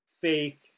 fake